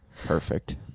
Perfect